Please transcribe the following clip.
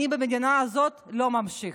אני במדינה הזאת לא ממשיך.